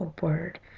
word